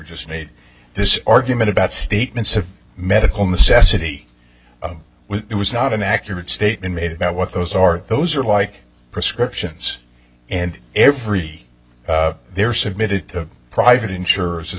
just made this argument about statements of medical necessity when it was not an accurate statement made about what those are those are like prescriptions and every they are submitted to private insurers as